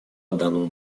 данному